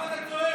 למה אתה צועק?